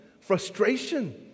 frustration